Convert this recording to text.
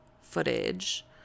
footage